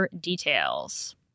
Details